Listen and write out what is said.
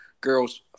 Girls